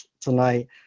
tonight